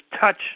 touch